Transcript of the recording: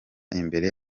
imbere